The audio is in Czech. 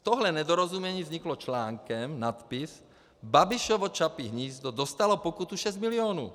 Tohle nedorozumění vzniklo článkem nadpis: Babišovo Čapí hnízdo dostalo pokutu šest milionů.